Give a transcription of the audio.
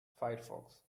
firefox